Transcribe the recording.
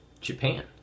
Japan